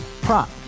Prop